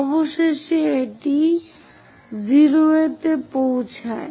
অবশেষে এটি 0 এ পৌঁছায়